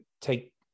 take